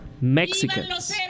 Mexicans